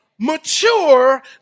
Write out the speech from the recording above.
Mature